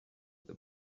the